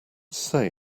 say